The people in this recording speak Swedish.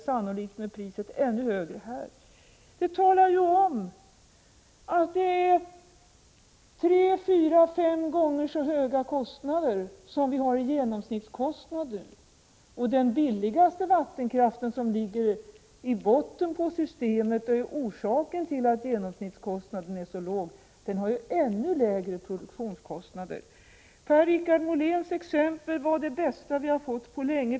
Sannolikt blir priset ännu högre här. Det rör sig om tre, fyra, fem gånger så höga kostnader som vi har i genomsnittskostnader. Den billigaste vattenkraften, som ligger i botten och är orsaken till att genomsnittskostnaden är så låg, har ännu lägre produktionskostnader. Per-Richard Moléns exempel var det bästa vi har fått på länge.